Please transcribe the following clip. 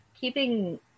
keeping